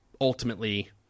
ultimately